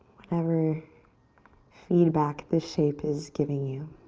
whatever feedback this shape is giving you.